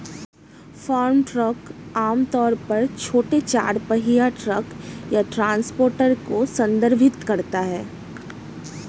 farm truck आम तौर पर छोटे चार पहिया ट्रक या ट्रांसपोर्टर को संदर्भित करता है